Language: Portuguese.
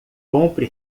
compre